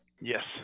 Yes